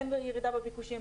אין ירידה בביקושים,